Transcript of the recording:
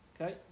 Okay